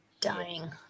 Dying